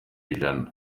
ijana